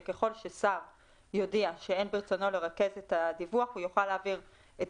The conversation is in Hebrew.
וככל ששר יודיע שאין ברצונו לרכז את הדיווח הוא יוכל להעביר את